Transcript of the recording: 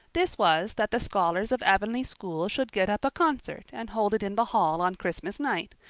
this was that the scholars of avonlea school should get up a concert and hold it in the hall on christmas night,